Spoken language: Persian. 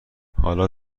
حالا